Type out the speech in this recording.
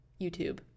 YouTube